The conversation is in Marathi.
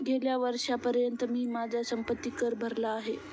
गेल्या वर्षीपर्यंत मी माझा संपत्ति कर भरला आहे